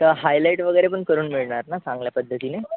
तर हायलाइट वगैरे पण करून मिळणार ना चांगल्या पद्धतीने